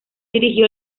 dirigió